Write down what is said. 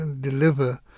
deliver